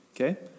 okay